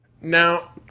Now